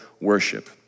worship